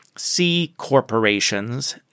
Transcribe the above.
C-corporations